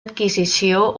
adquisició